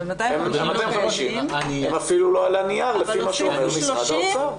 ה-250 הם אפילו לא על הנייר לפי מה שאומר משרד האוצר.